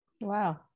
Wow